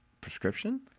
Prescription